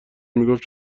میگفت